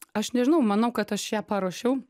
aš nežinau manau kad aš ją paruošiau